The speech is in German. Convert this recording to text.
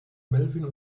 melvin